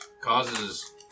causes